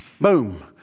Boom